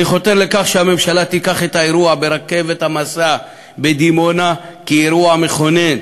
אני חותר לכך שהממשלה תיקח את האירוע ברכבת המשא בדימונה כאירוע מכונן,